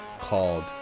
called